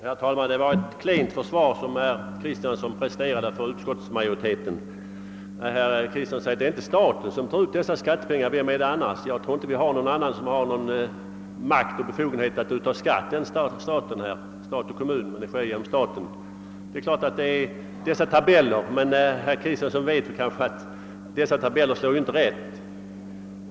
Herr talman! Herr Kristenson presterade ett klent försvar för utskottsmajoritetens ställningstagande. Han sade att det inte är staten som tar ut skattepengarna. Vem är det annars? Ingen annan än stat och kommun har makt och befogenhet att ta ut skatt. Visst finns det tabeller, men herr Kristenson vet kanske att de inte slår rätt.